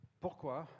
pourquoi